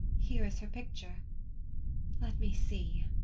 here is her picture let me see.